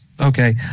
Okay